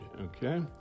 Okay